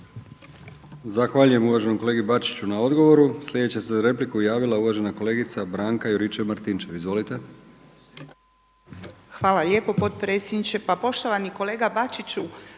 Zahvaljujem uvaženom kolegi Bačiću na odgovoru. Sljedeća se za repliku javila uvažena kolegica Branka Juričev-Martinčev. Izvolite. **Juričev-Martinčev, Branka (HDZ)** Hvala lijepo potpredsjedniče. Pa poštovani kolega Bačiću,